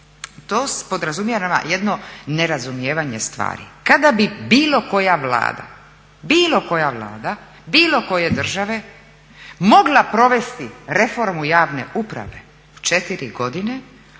To podrazumijeva jedno nerazumijevanje stvari. Kada bi bilo koja Vlada, bilo koja Vlada bilo koje države mogla provesti reformu javne uprave u 4 godine